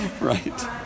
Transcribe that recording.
Right